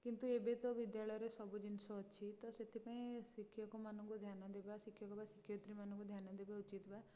କିନ୍ତୁ ଏବେ ତ ବିଦ୍ୟାଳୟରେ ସବୁ ଜିନିଷ ଅଛି ତ ସେଥିପାଇଁ ଶିକ୍ଷକମାନଙ୍କୁ ଧ୍ୟାନ ଦେବା ଶିକ୍ଷକ ବା ଶିକ୍ଷୟତ୍ରୀମାନଙ୍କୁ ଧ୍ୟାନ ଦେବା ଉଚିତ୍ ବା